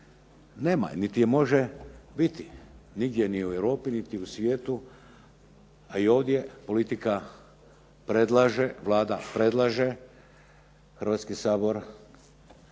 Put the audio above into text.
nema, niti je može biti. Nigdje niti u Europi niti u svijetu, a i ovdje politika predlaže, Vlada predlaže, Hrvatski sabor